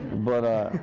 but,